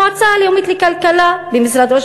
המועצה הלאומית לכלכלה במשרד ראש